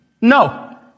No